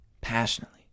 passionately